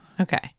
Okay